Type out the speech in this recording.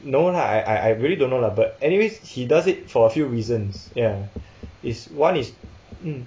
no lah I I I really don't know lah but anyways he does it for a few reasons ya it's one is